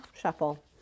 shuffle